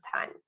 time